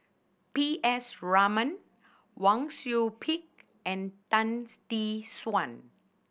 P S Raman Wang Sui Pick and Tan Tee Suan